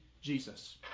Jesus